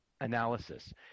analysis